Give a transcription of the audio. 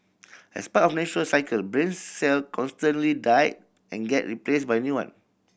as part of natural cycle brain cell constantly die and get replaced by new one